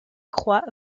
croix